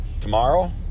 tomorrow